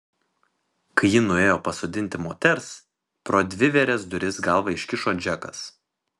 kai ji nuėjo pasodinti moters pro dvivėres duris galvą iškišo džekas